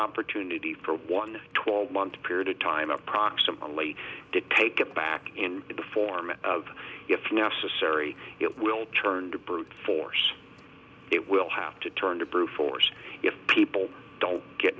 opportunity for one twelve month period of time approximately to take it back in the form of if necessary it will turn to brute force it will have to turn to brute force if people don't get